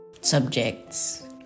subjects